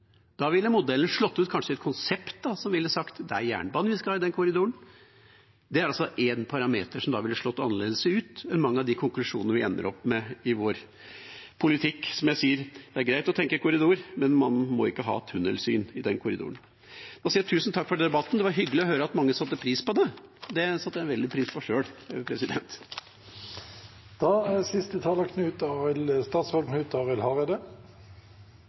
er jernbane vi skal ha i den korridoren. Det er altså en parameter som ville slått annerledes ut enn mange av de konklusjonene vi ender opp med i vår politikk. Som jeg sier: Det er greit å tenke korridor, men man må ikke ha tunnelsyn i den korridoren. Da sier jeg tusen takk for debatten. Det var hyggelig å høre at mange satte pris på det. Det satte jeg veldig pris på sjøl. Eg vil starte med å takke Arne Nævra for å løfte denne debatten. Det meiner eg er